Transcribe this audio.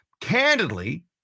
candidly